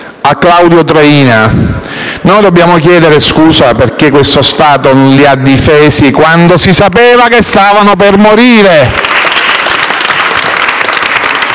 a Claudio Traina. Noi dobbiamo chieder loro scusa, perché questo Stato non li ha difesi quando si sapeva che stavano per morire.